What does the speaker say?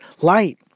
light